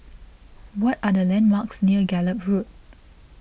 what are the landmarks near Gallop Road